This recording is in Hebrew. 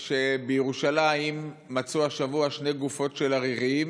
שבירושלים מצאו השבוע שתי גופות של עריריים,